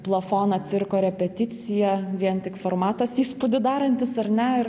plafoną cirko repeticija vien tik formatas įspūdį darantis ar ne ir